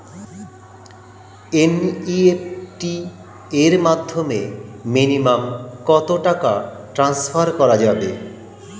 NEFT এর মাধ্যমে minimum কত টাকা টান্সফার করা যাবে?